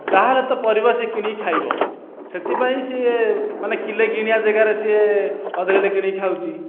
ଯାହାର ତ ପରିବା ସିଏ କିଣିକି ଖାଇବ ସେଥିପାଇଁ ସିଏ ମାନେ କିଲେ କିଣିବା ଜାଗାରେ ସିଏ ଅଧକିଲେ କିଣିକି ଖାଉଛି